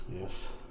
Yes